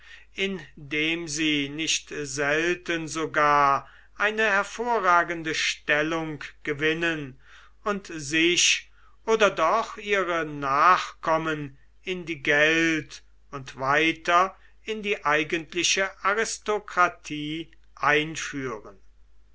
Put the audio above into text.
dem sie nicht selten sogar eine hervorragende stellung gewinnen und sich oder doch ihre nachkommen in die geld und weiter in die eigentliche aristokratie einführen